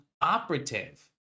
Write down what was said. operative